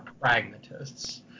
pragmatists